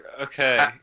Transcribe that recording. Okay